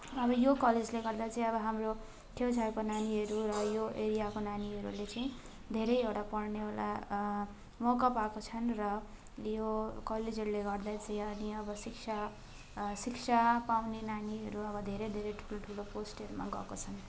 अब यो कलेजले गर्दा चाहिँ अब हाम्रो छेउछाउको नानीहरू र यो एरियाको नानीहरूले चाहिँ धेरैवटा पढ्ने वाला मौका पाएका छन् र यो कलेजहरूले गर्दा चाहिँ अनि अब शिक्षा शिक्षा पाउने नानीहरू अब धेरै धेरै ठुल्ठुलो पोस्टहरूमा गएका छन्